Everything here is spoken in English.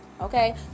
okay